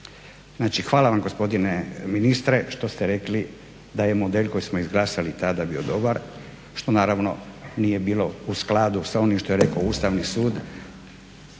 Hvala vam gospodine ministre što ste rekli da je model koji smo izglasali tada bio dobar što naravno nije bilo u skladu s onim što je rekao Ustavni sud